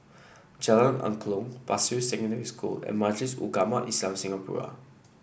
Jalan Angklong Pasir Secondary School and Majlis Ugama Islam Singapura